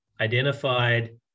identified